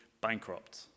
bankrupt